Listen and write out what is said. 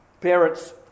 Parents